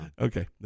Okay